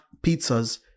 pizzas